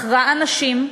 בחרה אנשים,